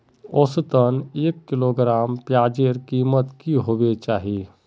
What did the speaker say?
औसतन एक किलोग्राम प्याजेर कीमत की होबे चही?